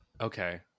Okay